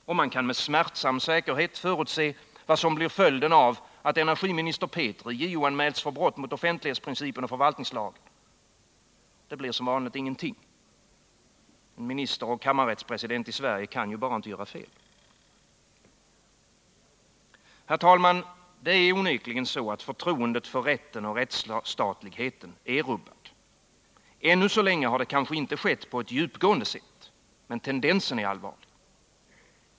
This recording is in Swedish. Och man kan med smärtsam säkerhet förutse vad som blir följden av att energiminister Petri JO-anmälts för brott mot offentlighetsprincipen och förvaltningslagen. Det blir som vanligt ingenting. En minister och kammarrättspresident i Sverige kan bara inte göra fel. Herr talman! Förtroendet för rätten och rättsstatligheten är onekligen rubbad. Ännu har det kanske inte skett på ett djupgående sätt, men tendensen är allvarlig.